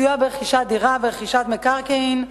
סיוע ברכישת דירה ורכישת מקרקעין,